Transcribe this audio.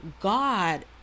God